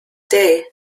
day